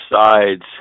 sides